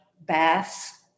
baths